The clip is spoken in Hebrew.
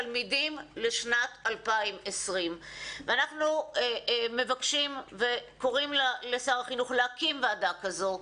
תלמידים לשנת 2020. אנחנו מבקשים וקוראים לשר החינוך להקים ועדה כזו.